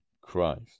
Christ